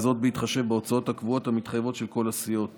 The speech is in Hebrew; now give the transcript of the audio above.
וזאת בהתחשב בהוצאות הקבועות המתחייבות של כל הסיעות